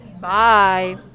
bye